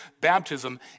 baptism